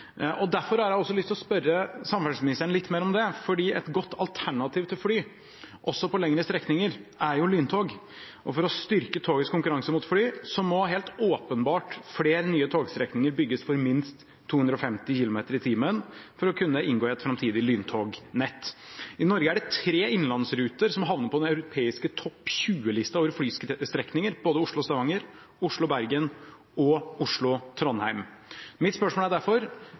Derfor har jeg også lyst til å spørre samferdselsministeren litt mer om det. Et godt alternativ til fly, også på lengre strekninger, er lyntog. For å styrke togets konkurranse mot fly må helt åpenbart flere nye togstrekninger bygges for minst 250 km/t for å kunne inngå i et framtidig lyntognett. I Norge er det tre innenlandsruter som havner på den europeiske topp 20-lista over flystrekninger, både Oslo–Stavanger, Oslo–Bergen og Oslo–Trondheim. Mitt spørsmål er derfor: